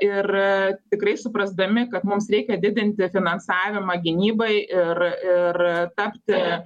ir tikrai suprasdami kad mums reikia didinti finansavimą gynybai ir ir tapti